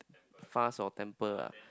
fast or temper lah